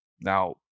Now